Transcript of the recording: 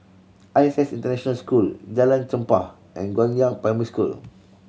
I S S International School Jalan Chempah and Guangyang Primary School